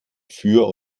für